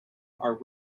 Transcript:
are